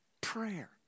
Prayer